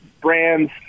brands